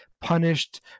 punished